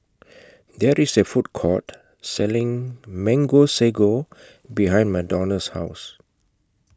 There IS A Food Court Selling Mango Sago behind Madonna's House